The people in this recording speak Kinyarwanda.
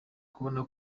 kubona